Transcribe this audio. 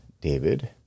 David